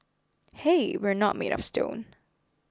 hey we're not made of stone